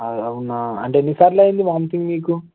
అవునా అంటే ఎన్నిసార్లు అయింది వామితింగ్ మీకు